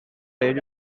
every